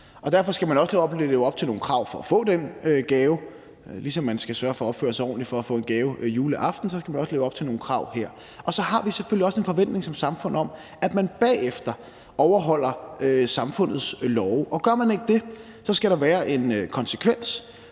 derfor skal man også leve op til nogle krav for at få den gave. Ligesom man skal sørge for at opføre sig ordentligt for at få en gave juleaften, skal man også leve op til nogle krav her. Og så har vi selvfølgelig også en forventning som samfund om, at man bagefter overholder samfundets love, men gør man ikke det, skal der være en konsekvens,